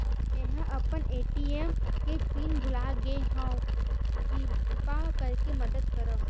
मेंहा अपन ए.टी.एम के पिन भुला गए हव, किरपा करके मदद करव